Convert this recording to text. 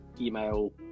email